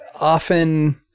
often